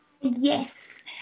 yes